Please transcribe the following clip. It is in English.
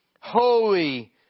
Holy